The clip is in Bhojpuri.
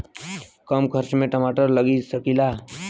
कम खर्च में टमाटर लगा सकीला?